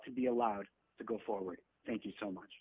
to be allowed to go forward thank you so much